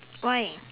why